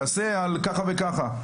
תעשה על ככה וככה,